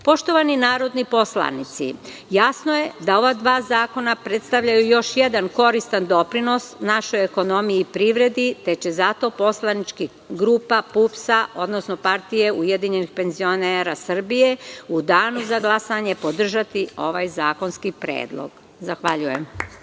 narodni poslanici, jasno je da ova dva zakona predstavljaju još jedan koristan doprinos našoj ekonomiji i privredi, te će zato poslanička grupa PUPS, odnosno Partije ujedinjenih penzionera Srbije, u danu za glasanje podržati ovaj zakonski predlog. Zahvaljujem.